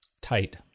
Tight